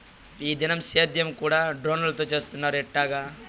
ఈ దినం సేద్యం కూడ డ్రోన్లతో చేస్తున్నారు ఎట్టాగా